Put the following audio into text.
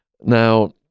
Now